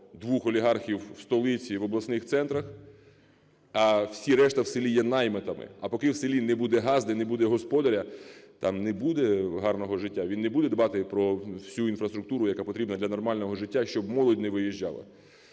олігархів в столиці і в обласних центрах, а всі решта в селі є наймитами. А поки в селі не буде ґазди, не буде господаря, там не буде гарного життя, він не буде дбати про всю інфраструктуру, яка потрібна для нормального життя, щоб молодь не виїжджала.